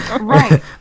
right